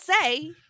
say